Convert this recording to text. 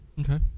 Okay